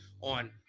on